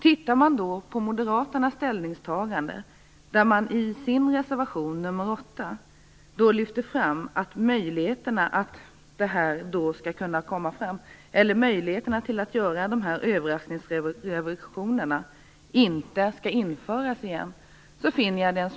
Jag tycker därför att Moderaternas ställningstagande är en smula märkligt. I reservation 8 framhåller man att möjligheten att göra sådana här överraskningsrevisioner inte skall återinföras.